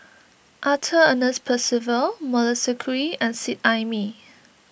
Arthur Ernest Percival Melissa Kwee and Seet Ai Mee